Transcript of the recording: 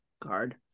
card